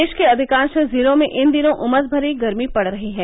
प्रदेश के अधिकांश जिलों में इन दिनों उमस भरी गर्मी पड़ रही है